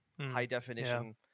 high-definition